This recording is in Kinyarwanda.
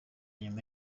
nyuma